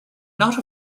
not